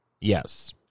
Yes